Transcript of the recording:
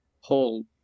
whole